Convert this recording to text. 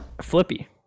flippy